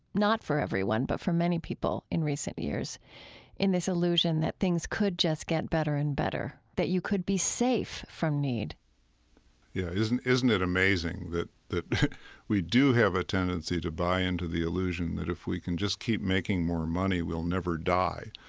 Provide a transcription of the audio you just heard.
not for everyone, but for many people, in recent years in this illusion that things could just get better and better, that you could be safe from need yeah. isn't isn't it amazing that that we do have a tendency to buy into the illusion that if we can just keep making more money we'll never die?